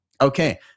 Okay